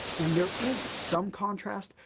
and there is some contrast,